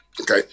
Okay